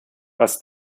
was